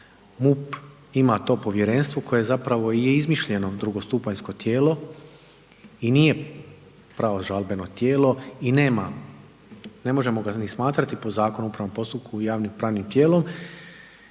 MUP ima to povjerenstvo koje je zapravo izmišljeno drugostupanjsko tijelo i nije pravo žalbeno tijelo i ne možemo ga ni smatrati po Zakonu o upravnom postupku javnim pravnim tijelom